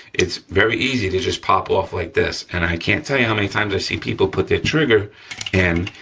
it's very easy to just pop off like this, and i can't tell you how many times i see people put their trigger in,